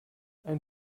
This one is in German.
ein